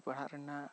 ᱯᱟᱲᱦᱟᱜ ᱨᱮᱱᱟᱜ